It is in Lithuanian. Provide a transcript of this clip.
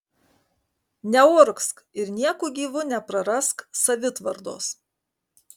neurgzk ir nieku gyvu neprarask savitvardos